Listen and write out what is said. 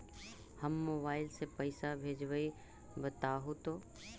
हम मोबाईल से पईसा भेजबई बताहु तो?